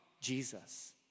Jesus